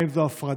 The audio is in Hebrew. האם זו הפרדה?